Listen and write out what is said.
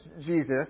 Jesus